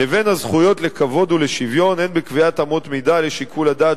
לבין הזכויות לכבוד ולשוויון הן בקביעת אמות מידה לשיקול הדעת